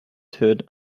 turned